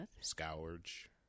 scourge